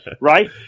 right